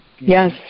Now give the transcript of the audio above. Yes